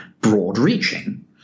broad-reaching